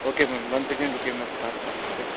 okay ma'am Monday کے دن رکیے میں بتا دوں گا آپ کو پھر